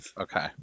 Okay